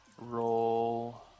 roll